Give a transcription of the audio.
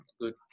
good